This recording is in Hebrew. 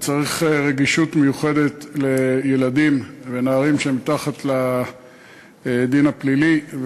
וצריך רגישות מיוחדת לילדים ונערים שמתחת לגיל הדין הפלילי.